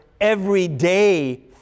everyday